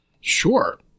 Sure